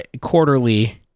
quarterly